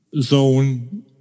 zone